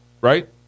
right